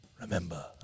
remember